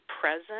present